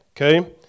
Okay